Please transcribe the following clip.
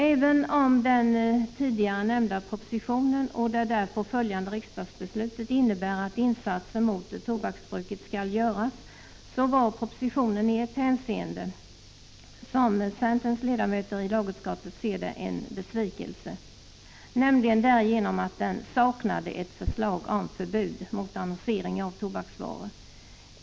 Även om den tidigare nämnda propositionen och det därpå följande riksdagsbeslutet innebär att insatser mot tobaksbruket skall göras, var propositionen i ett hänseende — som centerns ledamöter i lagutskottet ser det — en besvikelse, nämligen därigenom att den saknade ett förslag om förbud mot annonsering av tobaksvaror.